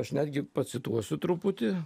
aš netgi pacituosiu truputį